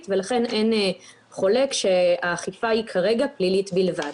ולכן אין חולק שהאכיפה היא כרגע פלילית בלבד,